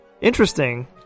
interesting